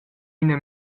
ina